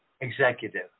executive